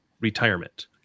retirement